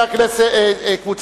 לסעיף